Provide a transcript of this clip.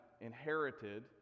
inherited